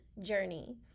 journey